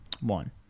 one